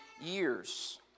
years